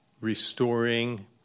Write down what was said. restoring